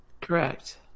Correct